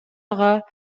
ага